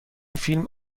فیلم